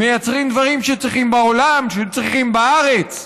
מייצרים דברים שצריכים בעולם, שצריכים בארץ.